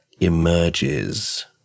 emerges